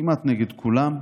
כמעט נגד כולם,